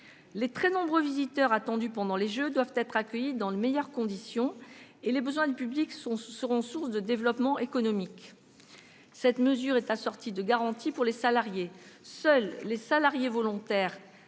Les très nombreux visiteurs attendus pendant les Jeux doivent être accueillis dans les meilleures conditions, d'autant que les besoins du public seront source de développement économique. Cette dérogation est assortie de garanties pour les salariés : parmi eux, seuls les volontaires